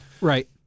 Right